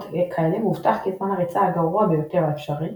כאלה מובטח כי זמן הריצה הגרוע ביותר האפשרי